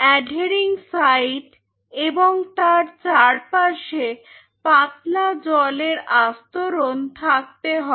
adhering side এবং তার চারপাশে পাতলা জলের আস্তরন থাকতে হবে